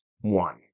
One